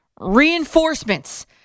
reinforcements